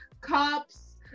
cops